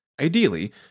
Ideally